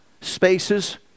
spaces